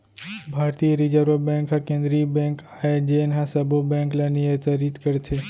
भारतीय reserve bank ह केंद्रीय बेंक आय जेन ह सबो बेंक ल नियतरित करथे